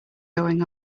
going